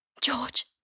George